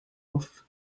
off